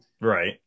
Right